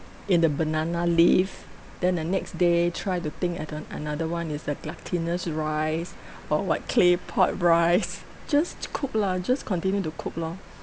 in the banana leaf then the next day try to think at the another one is the glutinous rice or what clay pot rice just cook lah just continue to cook lor